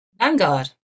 Vanguard